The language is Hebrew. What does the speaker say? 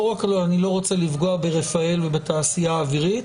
לא רק שאני לא רוצה לפגוע ברפאל ובתעשייה האווירית,